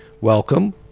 welcome